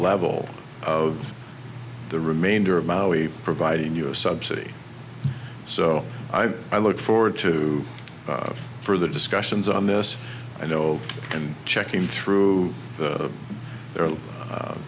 level of the remainder of maui providing you a subsidy so i i look forward to further discussions on this i know and checking through